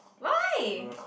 why